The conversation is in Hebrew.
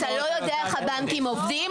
אתה לא יודע איך הבנקים עובדים,